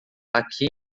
aqui